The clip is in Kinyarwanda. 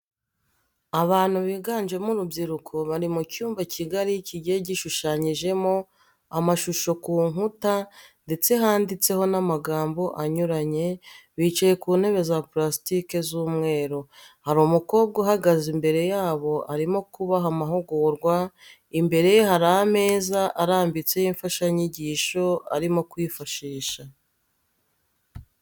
Abantu biganjemo urubyiruko bari mu cyumba kigari kigiye gishushanyijeho amashusho ku nkuta ndetse handitseho n'amagambo anyuranye bicaye ku ntebe za purasitiki z'umweru, hari umukobwa uhagaze imbere yabo arimo kubaha amahugurwa imbere ye hari ameza arambitseho imfashanyigisho arimo kwifashisha.